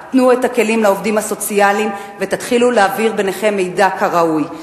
תנו את הכלים לעובדים הסוציאליים ותתחילו להעביר ביניכם מידע כראוי.